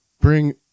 bring